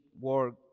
work